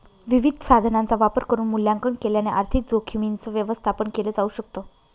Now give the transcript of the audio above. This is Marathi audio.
विविध साधनांचा वापर करून मूल्यांकन केल्याने आर्थिक जोखीमींच व्यवस्थापन केल जाऊ शकत